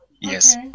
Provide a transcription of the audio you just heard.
Yes